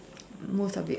most of it was